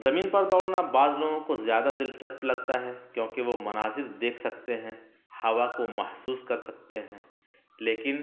زمین پر دوڑنا بعض لوگوں کو زیادہ دلچسپ لگتا ہے کیونکہ وہ مناظر دیکھ سکتے ہیں ہوا کو محسوس کر سکتے ہیں لیکن